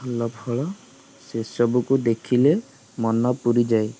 ଫୁଲ ଫଳ ସେ ସବୁକୁ ଦେଖିଲେ ମନ ପୁରି ଯାଏ